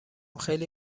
خیلی